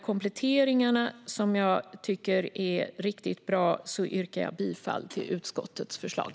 Kompletteringarna är mycket bra, och därför yrkar jag bifall till utskottets förslag.